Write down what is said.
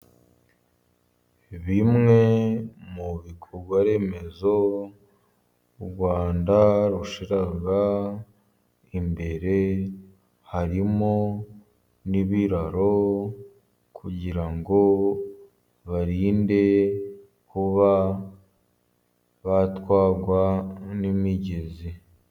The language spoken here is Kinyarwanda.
Bimwe mu bikorwa remezo u Rwanda rushyira imbere harimo n'ibiraro, kugira ngo barinde kuba batwarwa n'imigezi.